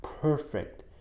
perfect